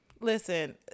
Listen